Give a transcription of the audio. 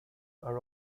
are